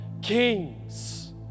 kings